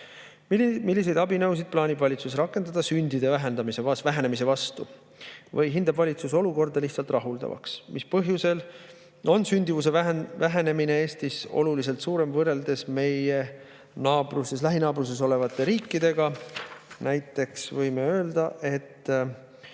Milliseid abinõusid plaanib valitsus rakendada sündide vähenemise vastu või hindab valitsus olukorda lihtsalt rahuldavaks? Mis põhjusel on sündimuse vähenemine Eestis oluliselt suurem võrreldes meie lähinaabruses olevate riikidega? Näiteks võime öelda, et